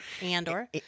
andor